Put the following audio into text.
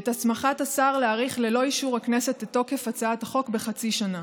את הסמכת השר להאריך ללא אישור הכנסת את תוקף הצעת החוק בחצי שנה.